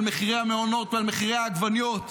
על מחירי המעונות ועל מחירי העגבניות,